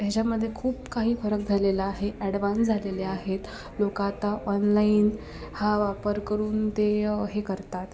ह्याच्यामध्ये खूप काही फरक झालेला आहे अॅडव्हान्स झालेले आहेत लोकं आता ऑनलाईन हा वापर करून ते हे करतात